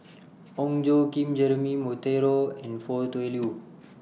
Ong Tjoe Kim Jeremy Monteiro and Foo Tui Liew